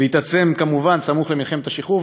התעצם כמובן סמוך למלחמת השחרור,